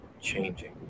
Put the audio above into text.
changing